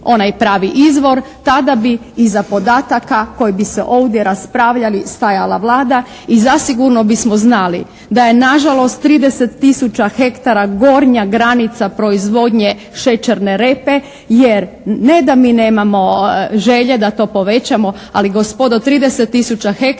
onaj pravi izvor. Tada bi iza podataka koji bi se ovdje raspravljali stajala Vlada. I zasigurno bismo znali da je nažalost 30 tisuća hektara gornja granica proizvodnje šećerne repe. Jer ne da mi nemamo želje da to povećamo. Ali gospodo 30 tisuća hektara